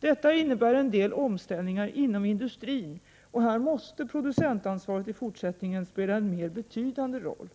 Detta innebär en del omställningar inom industrin, och här måste producentansvaret i fortsättningen spela en mer avgörande roll.